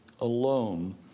alone